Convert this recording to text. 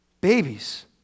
babies